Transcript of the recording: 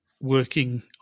working